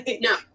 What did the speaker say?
No